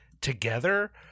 together